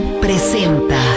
Presenta